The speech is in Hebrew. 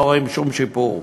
לא רואים שום שיפור.